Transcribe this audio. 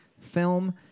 film